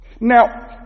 Now